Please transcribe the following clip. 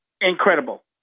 Incredible